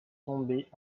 tomber